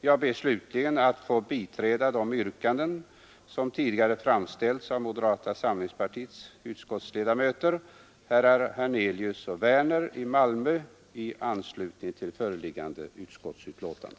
Jag biträder de yrkanden som tidigare ställts av moderata samlingspartiets utskottsledamöter, herrar Hernelius och Werner i Malmö, i anslutning till föreliggande utskottsbetänkande.